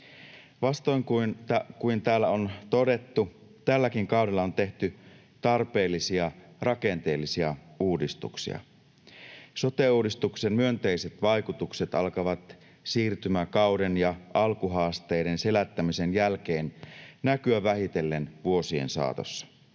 Vastoin kuin täällä on todettu, tälläkin kaudella on tehty tarpeellisia rakenteellisia uudistuksia. Sote-uudistuksen myönteiset vaikutukset alkavat siirtymäkauden ja alkuhaasteiden selättämisen jälkeen näkyä vähitellen vuosien saatossa.